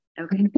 Okay